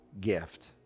gift